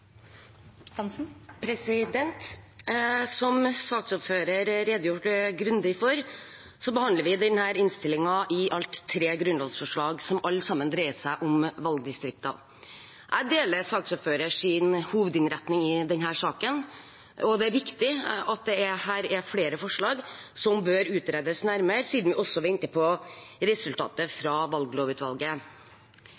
Som saksordføreren redegjorde grundig for, behandler vi i denne innstillingen i alt tre grunnlovsforslag, som alle sammen dreier seg om valgdistriktene. Jeg deler saksordførerens hovedinnretning i denne saken, og det er viktig at det her er flere forslag som bør utredes nærmere, siden vi også venter på resultatet